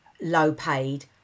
low-paid